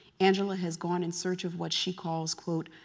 angela has gone in search of what she calls quote,